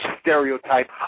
stereotype